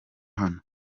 hano